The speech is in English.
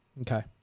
Okay